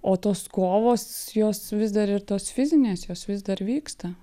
o tos kovos jos vis dar ir tos fizinės jos vis dar vyksta